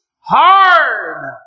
hard